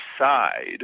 side